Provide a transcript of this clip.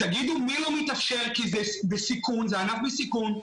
זה ענף בסיכון,